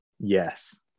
Yes